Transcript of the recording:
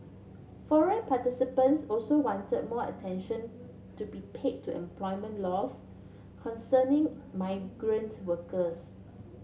forum participants also wanted more attention to be pay to employment laws concerning migrant workers